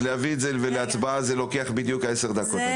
להביא את זה להצבעה לוקח 10 דקות.